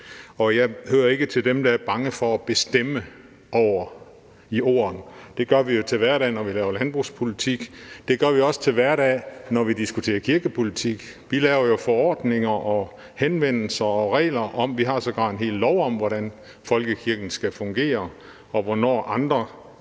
Og jeg hører ikke til dem, der er bange for at bestemme over jorden. Det gør vi jo til hverdag, når vi laver landbrugspolitik. Det gør vi også til hverdag, når vi diskuterer kirkepolitik. Vi laver jo forordninger og henvendelser og regler om – vi har sågar en hel lov om det – hvordan folkekirken skal fungere, og hvornår andre